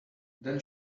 then